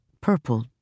purple